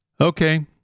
Okay